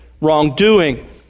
wrongdoing